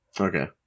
Okay